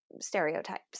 stereotypes